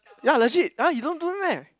ya legit ah you don't do it meh